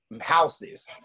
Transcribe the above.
houses